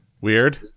Weird